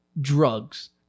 drugs